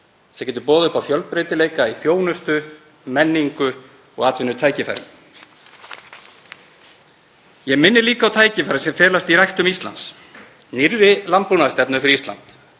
sem getur boðið upp á fjölbreytileika í þjónustu, menningu og atvinnutækifærum. Ég minni líka á tækifærin sem felast í Ræktum Ísland, nýrri landbúnaðarstefnu fyrir Ísland.